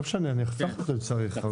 לא משנה, נפתח אותו אם צריך.